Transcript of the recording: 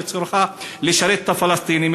שצריכה לשרת את הפלסטינים,